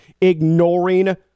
ignoring